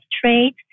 trade